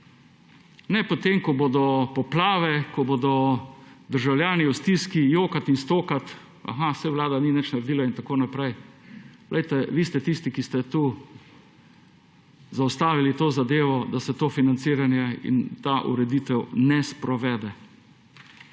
Ne potem, ko bodo poplave, ko bodo državljani v stiski jokati in stokati, aha, saj vlada ni nič naredila in tako naprej. Poglejte, vi ste tisti, ki ste tu zaustavili to zadevo, da se to financiranje in se ta ureditev ne sprovede.